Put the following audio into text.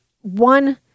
one